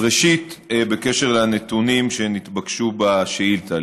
אז ראשית, בקשר לנתונים שנתבקשו בשאילתה.